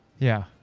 yeah.